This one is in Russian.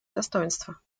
достоинства